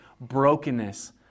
brokenness